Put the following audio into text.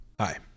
Hi